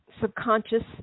subconscious